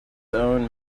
own